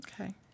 Okay